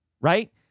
right